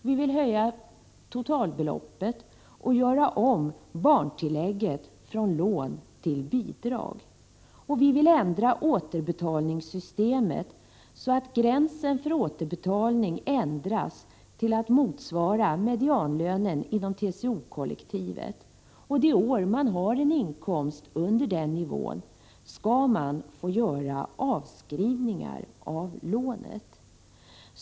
Vi vill höja totalbeloppet och göra om barntillägget från lån till bidrag. Vi vill ändra återbetalningssystemet så att gränsen för återbetalning kommer att motsvara medianlönen inom TCO kollektivet. De år man har en inkomst under den nivån skall man få göra avskrivningar av lånet.